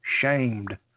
shamed